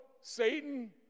Satan